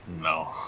No